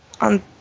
On